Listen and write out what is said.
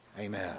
Amen